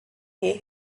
here